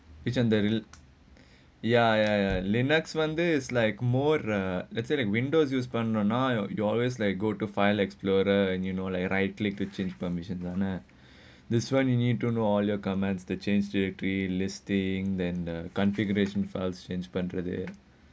which are the ya ya Linux wonder is like more uh let's say like Windows use banana to always like go to file explorer and you know like right click to change permission lah meh this [one] you don't know all your commands to change directory listing and the configuration files change control there